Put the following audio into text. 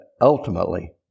ultimately